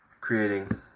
creating